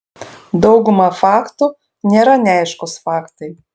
dauguma faktų nėra neaiškūs faktai